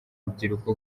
rubyiruko